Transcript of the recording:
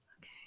okay